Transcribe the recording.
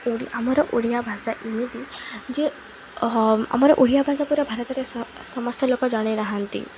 ଓ ଆମର ଓଡ଼ିଆ ଭାଷା ଏମିତି ଯେ ଆମର ଓଡ଼ିଆ ଭାଷା ପୁରା ଭାରତରେ ସମସ୍ତ ଲୋକ ଜାଣି ନାହାନ୍ତି